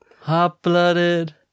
Hot-blooded